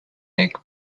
egg